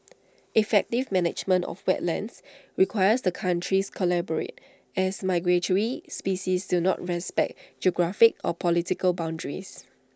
effective management of wetlands requires the countries collaborate as migratory species do not respect geographic or political boundaries